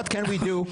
No. What can we do?